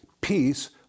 peace